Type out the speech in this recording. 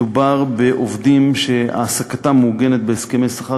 מדובר בעובדים שהעסקתם מעוגנת בהסכמי שכר